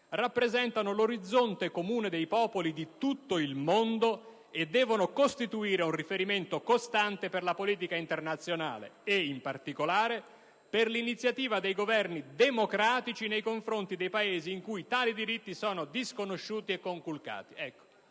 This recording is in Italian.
rappresentano l'orizzonte comune dei popoli di tutto il mondo e devono costituire un riferimento costante per la politica internazionale e, in particolare, per l'iniziativa dei governi democratici nei confronti dei Paesi in cui tali diritti sono disconosciuti e conculcati».